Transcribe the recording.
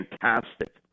fantastic